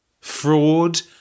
Fraud